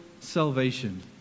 salvation